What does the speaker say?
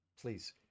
Please